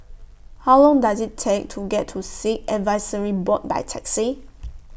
How Long Does IT Take to get to Sikh Advisory Board By Taxi